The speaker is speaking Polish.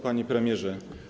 Panie Premierze!